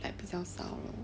like 比较少了